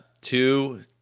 Two